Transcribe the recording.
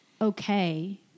okay